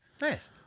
Nice